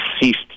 ceased